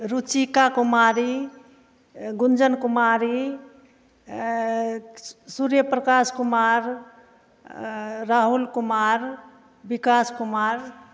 Ruchika Kumari Gunjan Kumari Surya Prakash Kumar Rahul Kumar Bikas Kumar